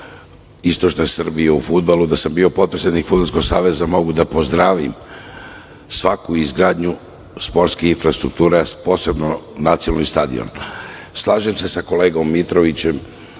istočne Srbije u fudbalu, da sam bio potpredsednik Fudbalskog saveza, mogu da pozdravim svaku izgradnju sportske infrastrukture, a posebno Nacionalni stadion. Slažem se sa kolegom Mitrovićem